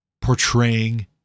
portraying